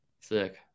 sick